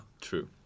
true